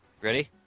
Ready